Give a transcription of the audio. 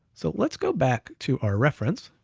so let's go back to our reference.